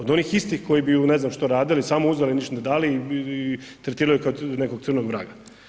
Od onih istih koji bi joj ne znam što radili, samo uzeli i ništa ne dali i tretirali ju kao nekog crnog vraga.